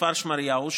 כפר שמריהו,